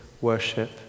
worship